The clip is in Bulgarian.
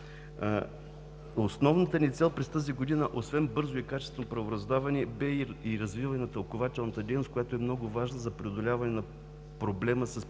Основната ни цел през тази година, освен бързо и качествено правораздаване, бе и развиване тълкувателната дейност, която е много важна за преодоляване на проблема с противоречивата